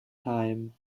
heim